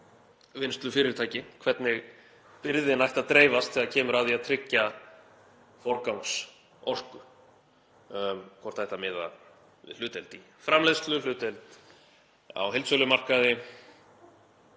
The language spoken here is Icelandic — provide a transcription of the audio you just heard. vinnslufyrirtæki, hvernig byrðin ætti að dreifast þegar kemur að því að tryggja forgangsorku og hvort það ætti að miða við hlutdeild í framleiðslu, hlutdeild á heildsölumarkaði.